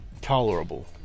tolerable